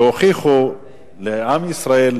שהם הוכיחו לעם ישראל,